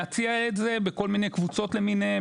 להציע את זה בכל מיני קבוצות למיניהן,